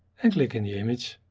and click in the image.